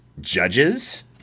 judges